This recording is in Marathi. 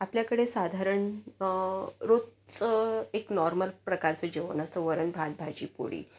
आपल्याकडे साधारण रोजचं एक नॉर्मल प्रकारचं जेवण असतं वरण भात भाजी पोळी